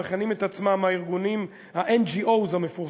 המכנים את עצמם ה-NGOs המפורסמים.